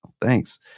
thanks